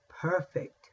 perfect